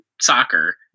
soccer